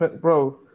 bro